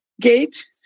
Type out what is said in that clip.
gate